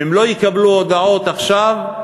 אם הם לא יקבלו הודעות עכשיו,